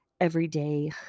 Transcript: everyday